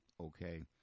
okay